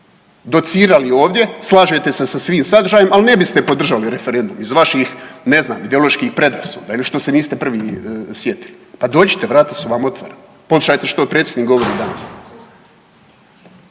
docirali ovdje, slažete se sa svim sadržajem, al ne biste podržali referendum iz vaših ne znam ideoloških predrasuda ili što ste niste prvi sjetili. Pa dođite, vrata su vam otvorena. Poslušajte što predsjednik govori danas.